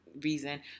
reason